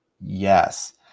yes